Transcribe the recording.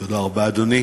תודה רבה, אדוני.